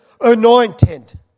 anointed